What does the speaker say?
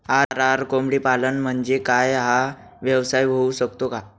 RR कोंबडीपालन म्हणजे काय? हा व्यवसाय होऊ शकतो का?